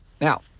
Now